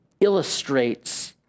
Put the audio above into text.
illustrates